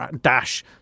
dash